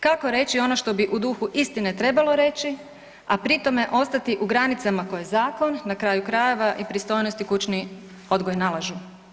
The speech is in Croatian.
Kako reći ono što bi u duhu istine trebalo reći, a pri tome ostati u granicama koje zakon na kraju krajeva i pristojnost i kućni odgoj nalažu.